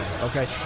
Okay